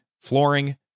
flooring